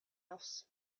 else